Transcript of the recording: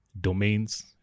domains